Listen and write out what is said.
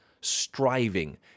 striving